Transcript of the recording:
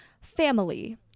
family